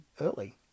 early